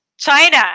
China